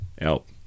help